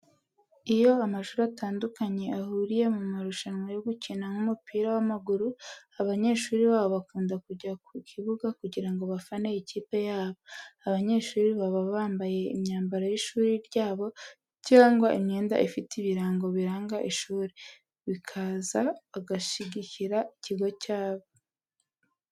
Iyo amashuri atandukanye ahuriye mu marushanwa yo gukina nk'umupira w'amaguru, abanyeshuri bayo bakunda kujya ku kibuga kugira ngo bafane ikipe yabo. Abanyeshuri baba bambaye imyambaro y'ishuri ryabo cyangwa imyenda ifite ibirango biranga ishuri, bakaza bagashyigikira ikigo cyabo.